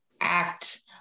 act